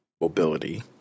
mobility